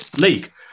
League